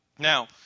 Now